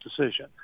decision